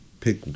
pick